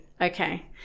Okay